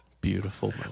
Beautiful